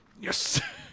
Yes